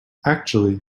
actually